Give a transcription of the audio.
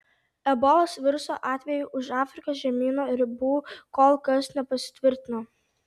ebolos viruso atvejai už afrikos žemyno ribų kol kas nepasitvirtino